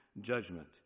judgment